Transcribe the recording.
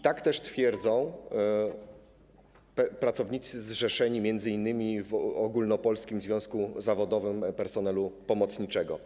Tak też twierdzą pracownicy zrzeszeni m.in. w ogólnopolskim związku zawodowym personelu pomocniczego.